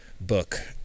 book